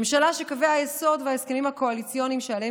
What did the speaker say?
ממשלה שקווי היסוד וההסכמים הקואליציוניים שעליהם